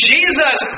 Jesus